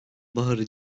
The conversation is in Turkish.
baharı